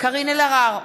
קארין אלהרר,